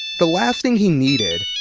the last thing he needed